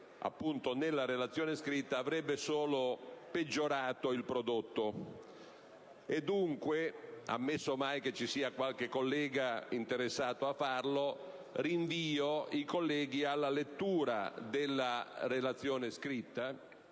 nella relazione scritta avrebbe solo peggiorato il prodotto. Pertanto, ammesso mai che vi sia qualche collega interessato a farlo, rinvio alla lettura della relazione scritta,